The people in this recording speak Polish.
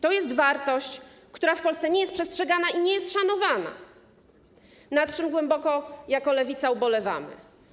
To jest wartość, która w Polsce nie jest przestrzegana i nie jest szanowana, nad czym głęboko jako Lewica ubolewamy.